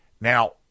Now